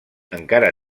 encara